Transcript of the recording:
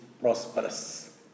prosperous